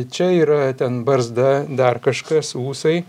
čia yra ten barzda dar kažkas ūsai